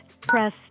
press